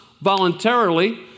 voluntarily